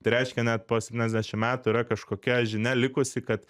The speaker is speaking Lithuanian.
tai reiškia net po septyniasdešimt metų yra kažkokia žinia likusi kad